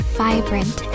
vibrant